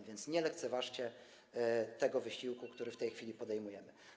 A więc nie lekceważcie tego wysiłku, który w tej chwili podejmujemy.